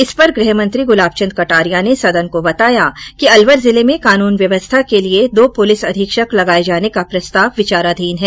इस पर गृहमंत्री गुलाब चंद कटारिया ने सदन को बताया कि अलवर जिले में कानून व्यवस्था के लिए दो पुलिस अधीक्षक लगाये जाने का प्रस्ताव विचाराधीन है